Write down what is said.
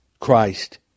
Christ